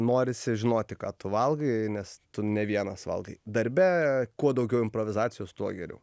norisi žinoti ką tu valgai nes tu ne vienas valgai darbe kuo daugiau improvizacijos tuo geriau